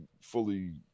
fully